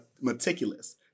meticulous